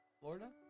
florida